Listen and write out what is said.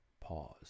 Pause